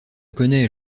connais